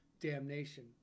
damnation